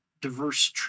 diverse